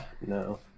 No